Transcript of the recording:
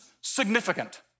significant